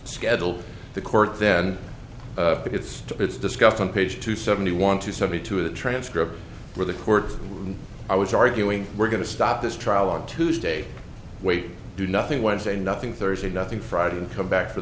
schedule the court then because it's discussed on page two seventy one to seventy two of the transcript for the court i was arguing we're going to stop this trial on tuesday wait do nothing wednesday nothing thursday nothing friday and come back for